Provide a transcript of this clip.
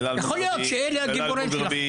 יכול להיות שאלה הגיבורים שלכם.